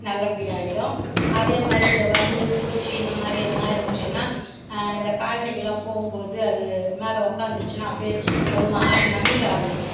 நல்லபடியாகிடும் அதே மாதிரி இந்த வண்டு பூச்சி இந்த மாதிரி எதனால் இருந்ச்சினா இந்த காலணிகலாம் போகும்போது அது மேலே உக்காந்துச்சினா அப்படியே ஒரு மாதிரி நமிக்க ஆரம்பிக்கும்